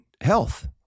health